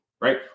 right